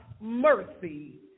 Mercy